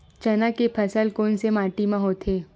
चना के फसल कोन से माटी मा होथे?